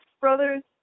Brothers